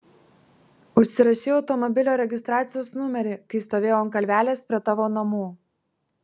užsirašei automobilio registracijos numerį kai stovėjau ant kalvelės prie tavo namų